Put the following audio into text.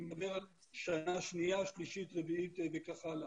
אני מדבר על שנה שנייה, שלישית, רביעית וכך הלאה.